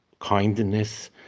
Kindness